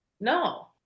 no